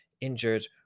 injured